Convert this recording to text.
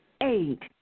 Eight